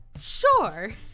sure